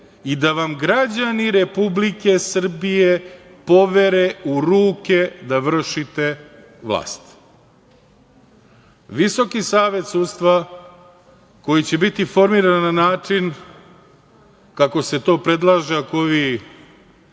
i da vam građani Republike Srbije povere u ruke da vršite vlast. Visoki savet sudstva koji će biti formiran na način kako se to predlaže ako ovi